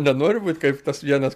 nenoriu būt kaip tas vienas